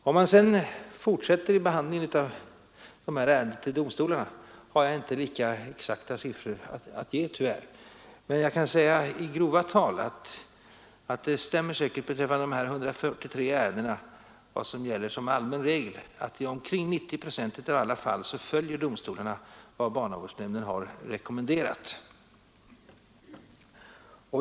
Beträffande dessa ärendens fortsatta behandling vid domstol har jag inte lika exakta siffror, men i grova tal stämmer nog vad som gäller för dessa 143 ärenden att i omkring 90 procent av alla fall följer domstolarna vad barnavårdsnämnden rekommenderat.